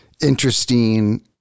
interesting